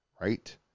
right